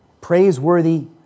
praiseworthy